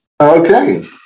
Okay